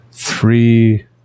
Three